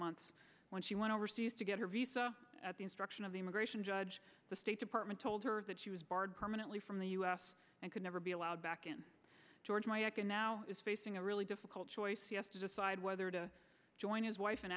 months when she went overseas to get her visa at the instruction of the immigration judge the state department told her that she was barred permanently from the u s and could never be allowed back in georgia mike and now is facing a really difficult choice yes is aside whether to join his wife